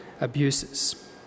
abuses